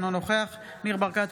אינו נוכח ניר ברקת,